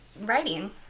writing